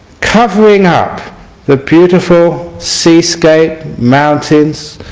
covering up the beautiful seascape, mountains,